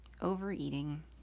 overeating